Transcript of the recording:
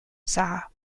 sara